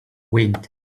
wind